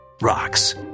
rocks